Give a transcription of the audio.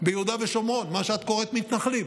ביהודה ושומרון, מה שאת קוראת מתנחלים.